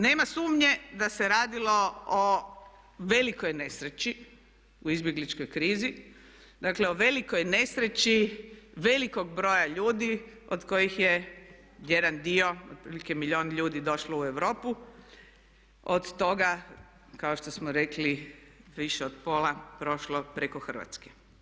Nema sumnje da se radilo o velikoj nesreći u izbjegličkoj krizi, dakle o velikoj nesreći velikog broja ljudi od kojih je jedan dio, otprilike milijun ljudi došlo u Europu, od toga, kao što smo rekli više od pola prošlo preko Hrvatske.